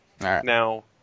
Now